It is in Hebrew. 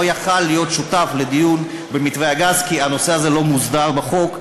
לא יכול היה להיות שותף לדיון במתווה הגז כי הנושא הזה לא מוסדר בחוק,